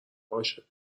باشه